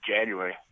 January